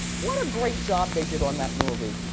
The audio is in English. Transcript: what a great job they did on that movie.